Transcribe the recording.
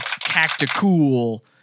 tactical